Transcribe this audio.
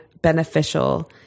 beneficial